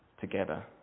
together